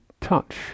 touch